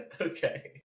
Okay